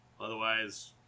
otherwise